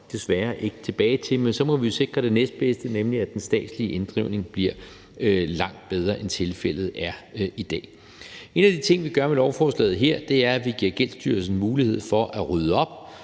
desværre ikke tilbage til. Men så må vi jo sikre det næstbedste, nemlig at den statslige inddrivelse bliver langt bedre, end tilfældet er i dag. En af de ting, vi gør med lovforslaget her, er, at vi giver Gældsstyrelsen mulighed for at rydde op